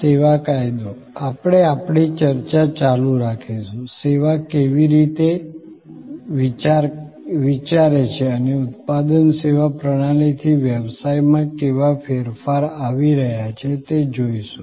સેવા કાયદો આપણે આપણી ચર્ચા ચાલુ રાખીશું સેવા કેવી રીતે વિચારે છે અને ઉત્પાદન સેવા પ્રણાલીથી વ્યવસાય માં કેવા ફેરફાર આવી રહ્યા છે તે જોઈશું